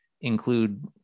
include